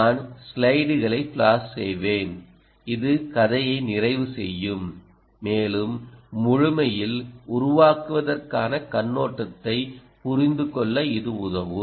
நான் ஸ்லைடுகளை ப்ளாஷ் செய்வேன் இது கதையை நிறைவு செய்யும் மேலும் முழுமையில் உருவாக்குவதற்கான கண்ணோட்டத்தைப் புரிந்துகொள்ள இது உதவும்